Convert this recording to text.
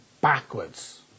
backwards